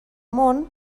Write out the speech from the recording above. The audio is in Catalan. món